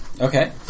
okay